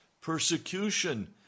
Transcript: persecution